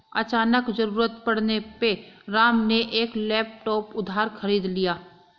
अचानक ज़रूरत पड़ने पे राम ने एक लैपटॉप उधार खरीद लिया